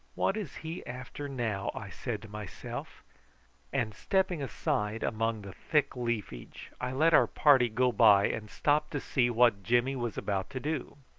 what is he after now? i said to myself and stepping aside among the thick leafage, i let our party go by and stopped to see what jimmy was about to do.